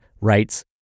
writes